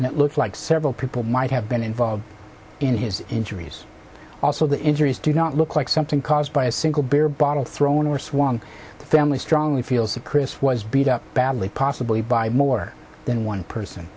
and it looked like several people might have been involved in his injuries also the injuries do not look like something caused by a single beer bottle thrown or swung the family strongly feels that chris was beat up badly possibly by more than one person